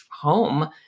home